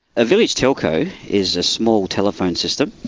a village telco is a small telephone system.